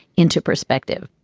into perspective,